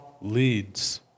leads